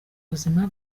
buzima